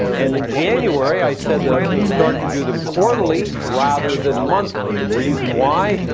and in january, i said that i was gonna start to do them quarterly, rather than monthly. reason why,